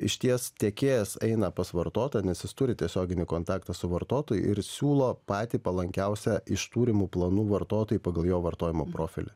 išties tiekėjas eina pas vartotoją nes jis turi tiesioginį kontaktą su vartotoju ir siūlo patį palankiausią iš turimų planų vartotojui pagal jo vartojimo profilį